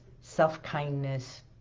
self-kindness